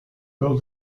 though